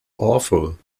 awful